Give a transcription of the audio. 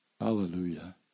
Hallelujah